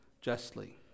justly